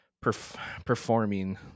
performing